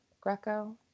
Greco